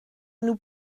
nous